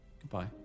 Goodbye